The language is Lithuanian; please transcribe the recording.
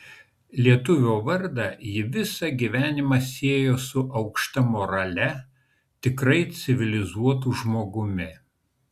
lietuvio vardą ji visą gyvenimą siejo su aukšta morale tikrai civilizuotu žmogumi